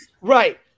Right